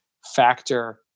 factor